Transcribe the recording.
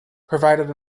provided